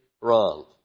wrong